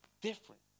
different